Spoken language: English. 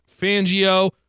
Fangio